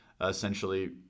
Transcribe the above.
essentially